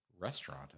restaurant